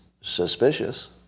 suspicious